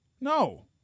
No